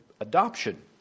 Adoption